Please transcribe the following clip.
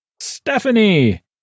Stephanie